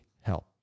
help